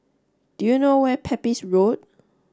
do you know where is Pepys Road